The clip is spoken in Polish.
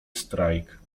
strajk